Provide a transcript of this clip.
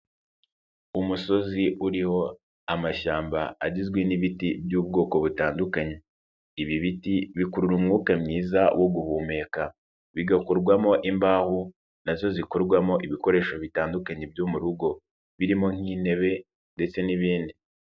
umusozi uriho amashyamba agizwe n'ibiti by'ubwoko butandukanye, ibi biti bikurura umwuka mwiza wo guhumeka, bigakorwamo imbaho, nazo zikorwamo ibikoresho bitandukanye byo mu rugo birimo nk'intebe ndetse n'ibindi.